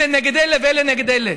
אלה נגד אלה ואלה נגד אלה.